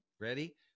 ready